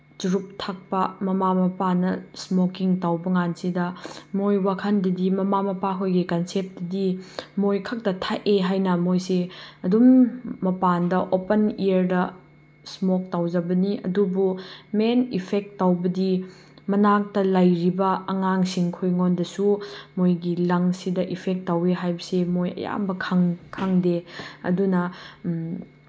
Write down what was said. ꯆꯨꯔꯨꯞ ꯊꯛꯄ ꯃꯃꯥ ꯃꯄꯥꯅ ꯏꯁꯃꯣꯀꯤꯡ ꯇꯧꯕ ꯀꯥꯟꯁꯤꯗ ꯃꯣꯏ ꯋꯥꯈꯟꯗꯗꯤ ꯃꯃꯥ ꯃꯄꯥꯍꯣꯏꯒꯤ ꯀꯟꯁꯦꯞꯇꯗꯤ ꯃꯣꯏ ꯈꯛꯇ ꯊꯛꯑꯦ ꯍꯥꯏꯅ ꯃꯣꯏꯁꯦ ꯑꯗꯨꯝ ꯃꯄꯥꯟꯗ ꯑꯣꯄꯟ ꯑꯦꯌꯥꯔꯗ ꯏꯁꯃꯣꯛ ꯇꯧꯖꯕꯅꯤ ꯑꯗꯨꯕꯨ ꯃꯦꯟ ꯏꯐꯦꯛ ꯇꯧꯕꯗꯤ ꯃꯅꯥꯛꯇ ꯂꯩꯔꯤꯕ ꯑꯉꯥꯡꯁꯤꯡ ꯈꯣꯏꯉꯣꯟꯗꯁꯨ ꯃꯣꯏꯒꯤ ꯂꯪꯁꯁꯤꯗ ꯏꯐꯦꯛ ꯇꯧꯋꯤ ꯍꯥꯏꯕꯁꯤ ꯃꯣꯏ ꯑꯌꯥꯝꯕ ꯈꯪꯗꯦ ꯑꯗꯨꯅ